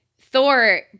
Thor